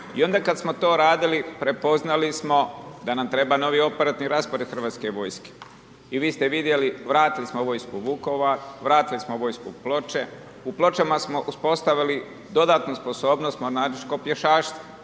i onda kada smo to radili, prepoznali smo da nam treba novi operativni raspored hrvatske vojske. I vi ste vidjeli, vratili smo vojsku u Vukovar, vratili smo vojsku u Ploče. U Pločama smo uspostavili, dodatnu sposobnost mornaričko pješaštvo.